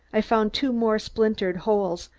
i found two more splintered holes,